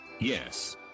Yes